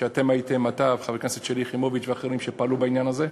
שאתם הייתם אתה וחברת הכנסת שלי יחימוביץ ואחרים שפעלו בעניין הזה.